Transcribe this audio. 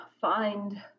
find